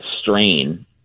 strain